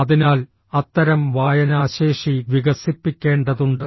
അതിനാൽ അത്തരം വായനാശേഷി വികസിപ്പിക്കേണ്ടതുണ്ട്